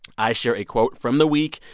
i share a quote from the week,